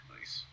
Nice